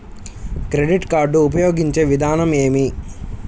Credit card ఉపయోగించే విధానం ఏమి?